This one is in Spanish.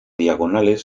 diagonales